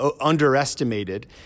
underestimated